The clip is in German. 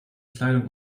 kleidung